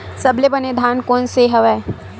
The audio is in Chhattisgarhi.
सबले बने धान कोन से हवय?